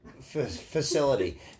facility